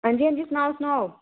हंजी हंजी सनाओ ंसनाओ